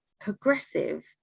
progressive